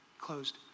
closed